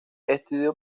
estudió